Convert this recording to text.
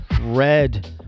red